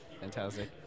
Fantastic